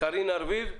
קארין ארביב.